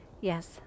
Yes